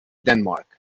denmark